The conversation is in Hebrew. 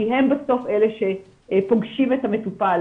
כי הם בסוף אלה שפוגשים את המטופל